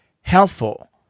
helpful